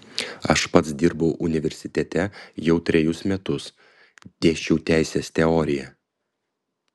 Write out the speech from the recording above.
aš pats dirbau universitete jau trejus metus dėsčiau teisės teoriją